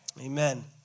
Amen